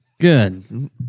Good